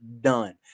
done